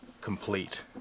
complete